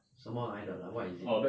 是什么来的 like what is it